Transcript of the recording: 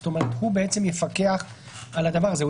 זאת אומרת: הוא יפקח על הדבר הזה,